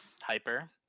Hyper